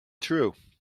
true